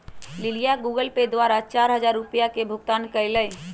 लिलीया Google pay द्वारा चार हजार रुपिया के भुगतान कई लय